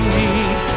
need